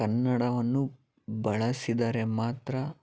ಕನ್ನಡವನ್ನು ಬಳಸಿದರೆ ಮಾತ್ರ